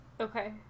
Okay